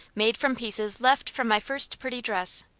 made from pieces left from my first pretty dress.